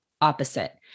opposite